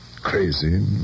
Crazy